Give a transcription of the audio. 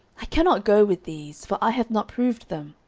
i cannot go with these for i have not proved them.